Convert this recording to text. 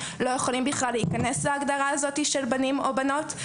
לא יכולים בכלל להיכנס להגדרה הזו של בנים או בנות,